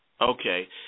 Okay